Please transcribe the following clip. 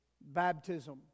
baptism